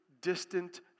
distant